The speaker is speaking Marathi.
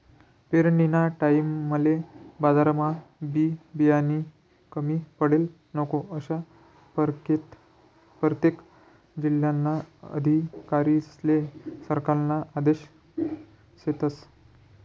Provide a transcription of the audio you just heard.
पेरनीना टाईमले बजारमा बी बियानानी कमी पडाले नको, आशा परतेक जिल्हाना अधिकारीस्ले सरकारना आदेश शेतस